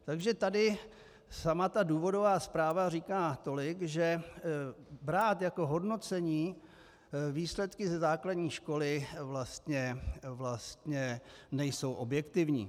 Takže tady sama důvodová zpráva říká tolik, že brát jako hodnocení výsledky ze základní školy vlastně není objektivní.